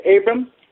Abram